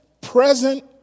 present